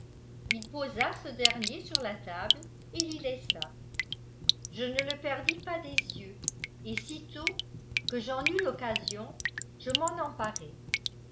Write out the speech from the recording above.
il posa ce dernier sur la table et l'y laissa je ne le perdis pas des yeux et sitôt que j'en eus l'occasion je m'en emparai